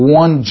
one